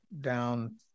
down